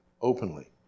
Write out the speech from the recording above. openly